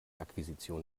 akquisition